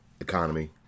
economy